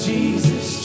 Jesus